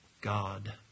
God